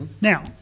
Now